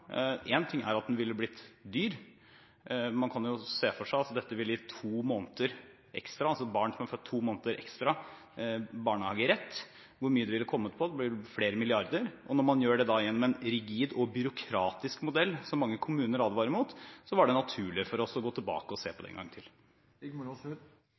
en viktig del av det. Når det gjelder løpende opptak, eller mer fleksibelt barnehageopptak, mener jeg at den modellen som Stoltenberg-regjeringen hadde lagt frem, ville blitt dyr. Man kan jo se for seg at dette ville gitt to måneder ekstra barnehagerett, og hvor mye det ville kommet på. Det ville blitt flere milliarder. Og når man gjør det gjennom en rigid og byråkratisk modell som mange kommuner advarer mot, var det naturlig for oss å gå tilbake og se på